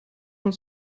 von